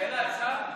שאלה אפשר?